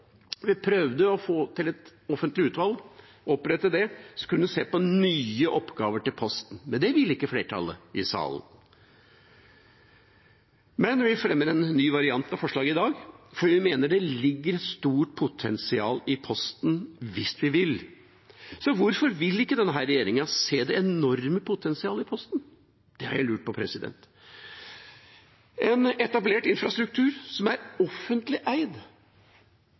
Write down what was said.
Vi prøvde å få opprettet et offentlig utvalg som kunne se på nye oppgaver til Posten, men det ville ikke flertallet i salen. Men vi fremmer en ny variant av forslaget i dag, for vi mener det ligger et stort potensial i Posten hvis vi vil. Hvorfor vil ikke denne regjeringa se det enorme potensialet i Posten? Det har jeg lurt på. En etablert infrastruktur som er offentlig eid